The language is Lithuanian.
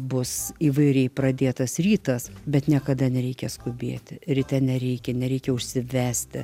bus įvairiai pradėtas rytas bet niekada nereikia skubėti ryte nereikia nereikia užsivesti